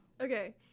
Okay